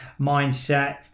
mindset